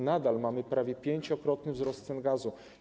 Nadal mamy prawie pięciokrotny wzrost cen gazu.